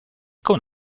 con